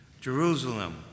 Jerusalem